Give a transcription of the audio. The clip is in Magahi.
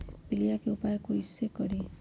पीलिया के उपाय कई से करी?